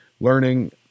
learning